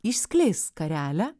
išskleisk skarelę